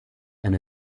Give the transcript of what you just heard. and